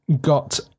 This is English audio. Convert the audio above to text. got